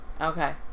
Okay